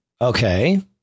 Okay